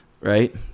right